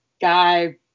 guy